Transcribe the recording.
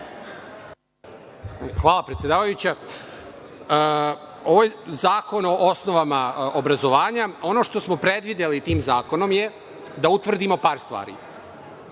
Hvala, predsedavajuća. Ovo je zakon o osnovama obrazovanja. Ono što smo predvideli tim zakonom je da utvrdimo par stvari.